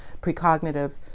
precognitive